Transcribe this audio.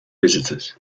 visitors